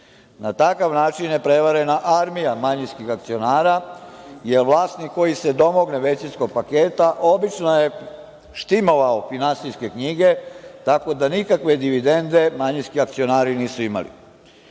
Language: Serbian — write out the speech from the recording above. Na takav način je prevarena armija manjinskih akcionara jer vlasnik koji se domogne većinskog paketa obično je štimovao finansijske knjige, tako da nikakve dividende manjinski akcionari nisu